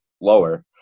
lower